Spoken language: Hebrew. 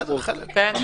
בסדר, חלק.